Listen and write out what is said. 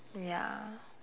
ya